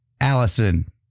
Allison